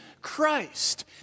Christ